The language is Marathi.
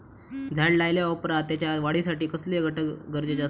झाड लायल्या ओप्रात त्याच्या वाढीसाठी कसले घटक गरजेचे असत?